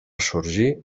sorgir